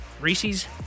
Reese's